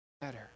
better